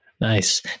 Nice